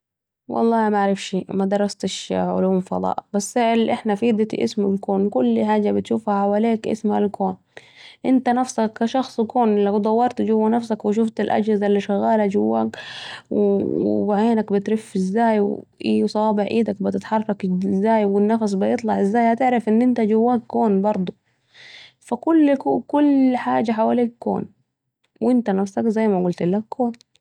والله معرفشي مدرستش علوم فضاء ، بس الي إحنا فيه ديتي اسمه الكون كل حاجه بتشوفها حوليك اسمها الكون ، أنت نفسك كشخص كون، لو دورت جوه نفسك و شوفت الأجهزة الي شغاله جواك، و عينك بترف ازاي و صوابع ايدك بتتحرك ازاي و النفس بيطلع ازاي ؟ هتعرف انك أنت جواك كون بردوا ، فا كل حاجه حوليك كون وأنت نفسك زي ما قولتلك كون بردوا